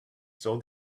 still